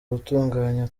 gutunganya